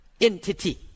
entity